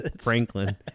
Franklin